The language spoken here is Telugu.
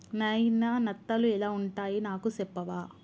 నాయిన నత్తలు ఎలా వుంటాయి నాకు సెప్పవా